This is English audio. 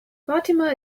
fatima